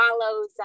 follows